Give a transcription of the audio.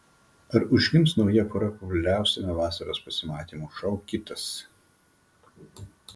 ar užgims nauja pora populiariausiame vasaros pasimatymų šou kitas